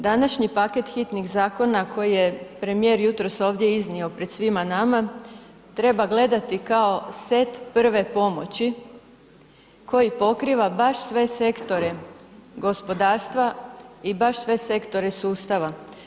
Današnji paket hitnih zakona koji je premijer jutros ovdje iznio pred svim nama treba gledati set prve pomoći koji pokriva baš sve sektore gospodarstva i baš sve sektore sustava.